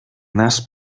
nas